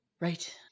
Right